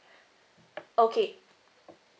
okay